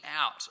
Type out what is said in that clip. out